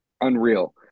unreal